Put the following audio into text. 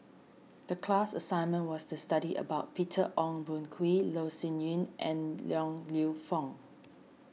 the class assignment was to study about Peter Ong Boon Kwee Loh Sin Yun and Liang Lew Foong